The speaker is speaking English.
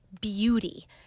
beauty